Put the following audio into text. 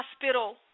hospital